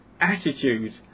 attitude